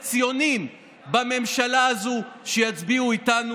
ציונים בממשלה הזאת שיצביעו איתנו.